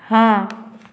हाँ